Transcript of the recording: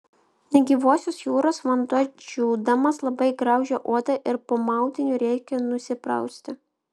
negyvosios jūros vanduo džiūdamas labai graužia odą ir po maudynių reikia nusiprausti